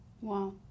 Wow